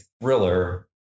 thriller